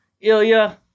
Ilya